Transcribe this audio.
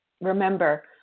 Remember